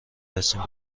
رسیم